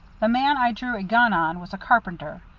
the man i drew a gun on was a carpenter.